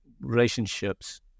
relationships